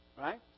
right